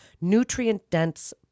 nutrient-dense